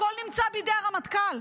הכול נמצא בידי הרמטכ"ל,